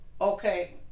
Okay